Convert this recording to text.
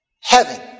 heaven